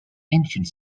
ancient